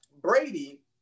Brady